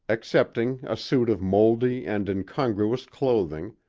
excepting a suit of moldy and incongruous clothing,